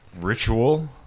Ritual